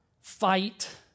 Fight